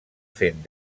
fent